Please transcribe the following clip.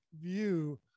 view